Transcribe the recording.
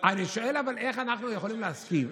אני שואל: איך אנחנו יכולים להסכים?